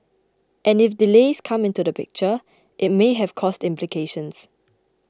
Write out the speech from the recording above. and if delays come into the picture it may have cost implications